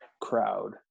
crowd